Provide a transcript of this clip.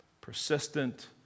persistent